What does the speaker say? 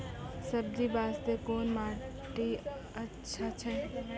सब्जी बास्ते कोन माटी अचछा छै?